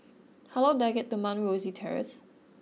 how long do I get to Mount Rosie Terrace